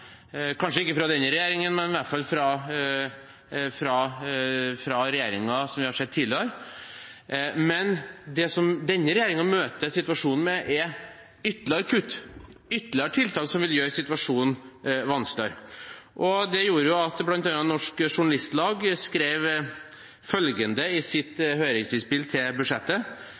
kanskje ikke fra denne regjeringen, men i hvert fall fra regjeringer vi har sett tidligere. Men det denne regjeringen møter situasjonen med, er ytterligere kutt, ytterligere tiltak som vil gjøre situasjonen vanskeligere. Det gjorde at bl.a. Norsk Journalistlag skrev følgende i sitt høringsinnspill til budsjettet: